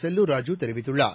செல்லூர் ராஜூ தெரிவித்துள்ளார்